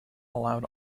allowed